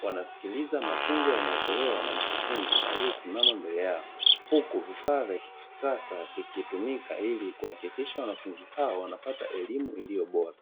wanasikiliza mafunzo yanayotolewa na mkufunzi aliyesimama mbele yao, huku vifaa vya kisasa vikitumika ili kuhakikisha wanafunzi hawa wanapata elimu iliyo bora.